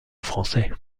français